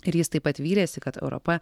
ir jis taip pat vylėsi kad europa